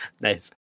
Nice